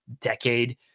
decade